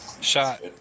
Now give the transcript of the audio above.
Shot